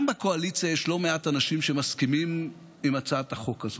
גם בקואליציה יש לא מעט אנשים שמסכימים עם הצעת החוק הזו,